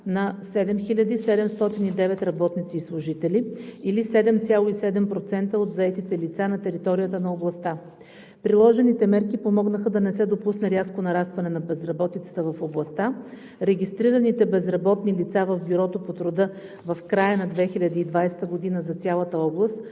на 7709 работници и служители, или 7,7% от заетите лица на територията на областта. Приложените мерки помогнаха да не се допусне рязко нарастване на безработицата в областта. Регистрираните безработни лица в Бюрото по труда в края на 2020 г. за цялата област